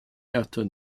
ayrton